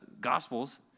Gospels